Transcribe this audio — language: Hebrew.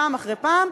פעם אחרי פעם,